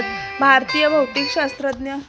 भारतीय भौतिकशास्त्रज्ञ